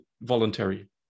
voluntary